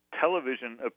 television